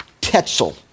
Tetzel